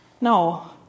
No